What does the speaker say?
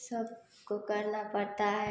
सबको करना पड़ता है